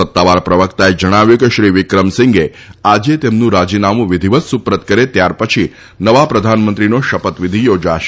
સત્તાવાર પ્રવક્તાએ જણાવ્યું કે શ્રી વિક્રમસિંઘે આજે તેમનું રાજીનામું વિધિવત્ સુપ્રત કરે ત્યારપછી નવા પ્રધાનમંત્રીનો શપથવિધિ યોજાશે